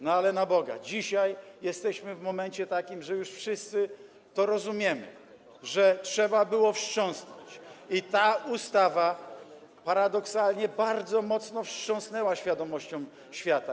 No ale na Boga, dzisiaj jesteśmy w momencie takim, że już wszyscy to rozumiemy, że trzeba było wstrząsnąć i ta ustawa paradoksalnie bardzo mocno wstrząsnęła świadomością świata.